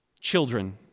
Children